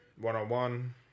One-on-one